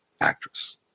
actress